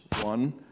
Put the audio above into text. One